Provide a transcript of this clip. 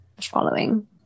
following